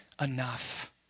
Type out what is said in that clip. enough